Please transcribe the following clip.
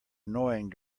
annoying